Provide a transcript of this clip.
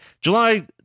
july